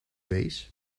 waze